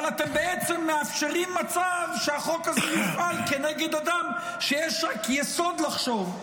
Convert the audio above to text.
אבל אתם בעצם מאפשרים מצב שהחוק הזה יופעל כנגד אדם שיש רק יסוד לחשוב.